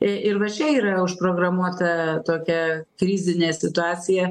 ir va čia yra užprogramuota tokia krizinė situacija